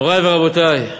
מורי ורבותי,